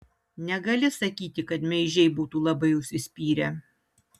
negali sakyti kad meižiai būtų labai užsispyrę